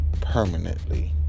permanently